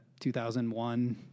2001